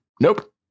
Nope